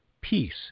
peace